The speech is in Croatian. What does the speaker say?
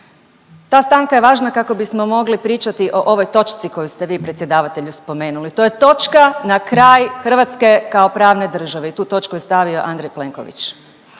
Ta stanka je važna kako bismo mogli pričati o ovoj točci koju ste vi predsjedavatelju spomenuli. To je točka na kraj Hrvatske kao pravne države i tu točku je stavio Andrej Plenković.